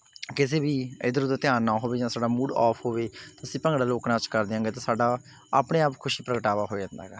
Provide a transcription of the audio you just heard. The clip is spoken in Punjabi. ਕਿਸੇ ਵੀ ਇੱਧਰ ਉੱਧਰ ਧਿਆਨ ਨਾ ਹੋਵੇ ਜਾਂ ਸਾਡਾ ਮੂਡ ਆਫ ਹੋਵੇ ਤਾਂ ਅਸੀਂ ਭੰਗੜਾ ਲੋਕ ਨਾਚ ਕਰਦੇ ਹੈਗੇ ਤਾਂ ਸਾਡਾ ਆਪਣੇ ਆਪ ਖੁਸ਼ੀ ਪ੍ਰਗਟਾਵਾ ਹੋ ਜਾਂਦਾ ਹੈਗਾ